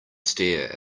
stare